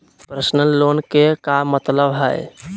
Personal loan के का मतलब हई?